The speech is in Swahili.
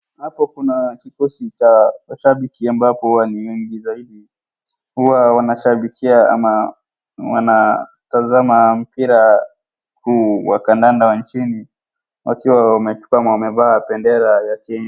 Hapa kuna kikosi cha mashabiki ambapo ni wengi zaidi, huwa wanashabikia ama wanatazama mpira huu wa kandanda wa nchini, wakiwa kama wamevaa bendera ya Kenya.